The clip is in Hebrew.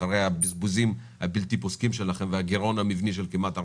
אחרי הבזבוזים הבלתי-פוסקים שלכם והגירעון המבני של כמעט 4%,